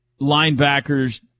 Linebackers